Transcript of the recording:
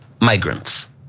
migrants